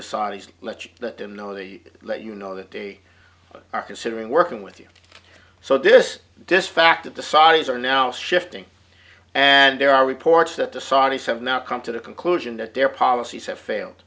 the saudis let you know they let you know that they are considering working with you so this distracted the saudis are now shifting and there are reports that the saudis have now come to the conclusion that their policies have failed